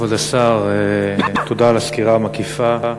כבוד השר, תודה על הסקירה המקיפה.